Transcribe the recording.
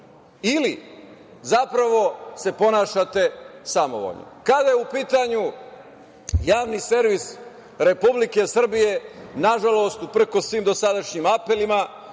ili zapravo se ponašate samovoljno i kada je u pitanju javni servis Republike Srbije, nažalost, uprkos svim dosadašnjim apelima,